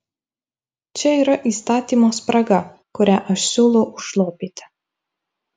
čia yra įstatymo spraga kurią aš siūlau užlopyti